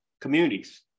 communities